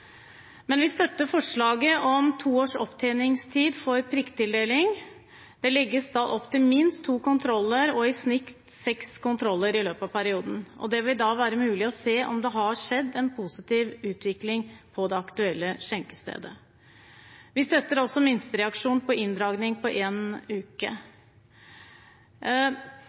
Men vi støtter forslaget om to års opptjeningstid for prikktildeling. Det legges opp til minst to kontroller og i snitt seks kontroller i løpet av perioden. Det vil da være mulig å se om det har skjedd en positiv utvikling på det aktuelle skjenkestedet. Vi støtter også en minstereaksjon på inndragning i én uke.